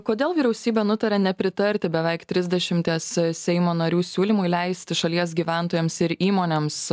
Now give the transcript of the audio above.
kodėl vyriausybė nutarė nepritarti beveik trisdešimties seimo narių siūlymui leisti šalies gyventojams ir įmonėms